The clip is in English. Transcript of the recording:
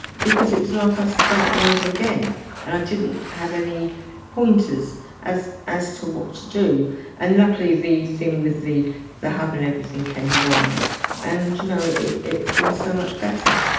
because it was like i was starting over again and i didn't have any pointers as as to what to do and luckily the thing with the the hub and everything came along and you know it's been so much better.